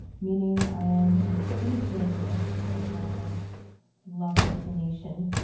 meaning i am a citizen of the ogallala lakota nation.